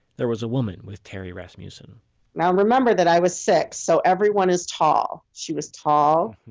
there was a woman with terry rasmussen now remember that i was six so everyone is tall. she was tall,